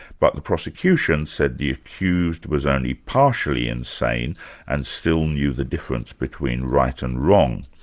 but the prosecution said the accused was only partially insane and still knew the difference between right and wrong.